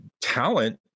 talent